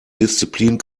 disziplin